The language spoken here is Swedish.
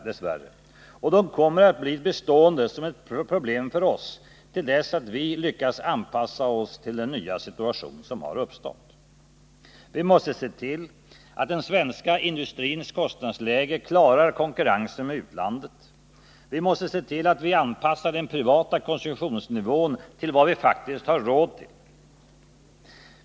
De kommer att bli bestående som ett problem för oss tills vi lyckats anpassa oss till den nya situation som har uppstått. Vi måste se till att den svenska industrins kostnadsläge klarar konkurrensen med utlandet. Vi måste se till att vi anpassar den privata konsumtionsnivån till vad vi faktiskt har råd med.